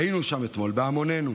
היינו שם אתמול בהמונינו.